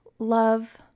Love